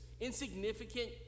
Insignificant